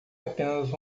apenas